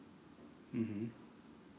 mmhmm